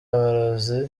abarozi